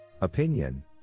Opinion